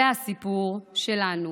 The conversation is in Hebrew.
זה הסיפור שלנו.